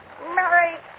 Mary